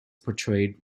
portrayed